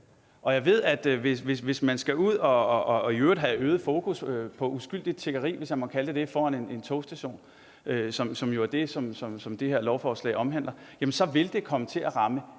og jeg ved, at hvis man skal ud og i øvrigt have øget fokus på uskyldigt tiggeri – hvis jeg må kalde det det – foran en togstation, som jo er det, som det her lovforslag omhandler, jamen så vil det komme til at ramme